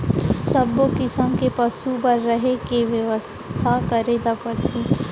सब्बो किसम के पसु बर रहें के बेवस्था करे ल परथे